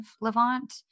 Levant